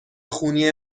خونی